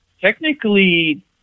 technically